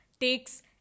takes